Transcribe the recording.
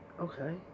Okay